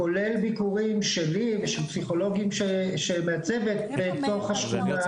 כולל ביקורים שלי ושל פסיכולוגים מצוות בתוך השכונה,